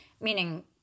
meaning